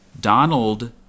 Donald